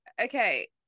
okay